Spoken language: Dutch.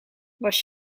was